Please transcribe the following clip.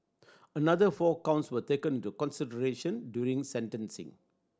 another four counts were taken to consideration during sentencing